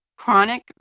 chronic